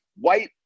white